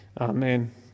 Amen